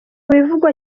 bivugwa